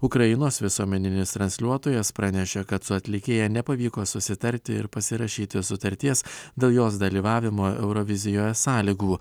ukrainos visuomeninis transliuotojas pranešė kad su atlikėja nepavyko susitarti ir pasirašyti sutarties dėl jos dalyvavimo eurovizijoje sąlygų